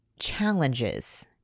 challenges